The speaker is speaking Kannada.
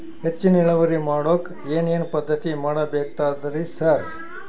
ಹೆಚ್ಚಿನ್ ಇಳುವರಿ ಮಾಡೋಕ್ ಏನ್ ಏನ್ ಪದ್ಧತಿ ಮಾಡಬೇಕಾಗ್ತದ್ರಿ ಸರ್?